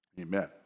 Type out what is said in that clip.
amen